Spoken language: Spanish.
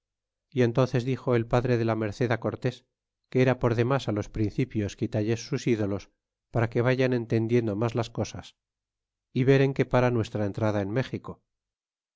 y entónces dixo el padre de la merced cortés que era por demas los principios quitalles sus ídolos hasta que vayan entendiendo mas las cosas y ver en que paraba nuestra entrada en méxico